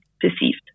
perceived